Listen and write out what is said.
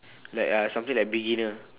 like uh something like beginner